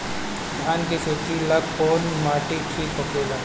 धान के खेती ला कौन माटी ठीक होखेला?